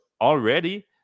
already